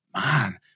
man